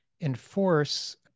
enforce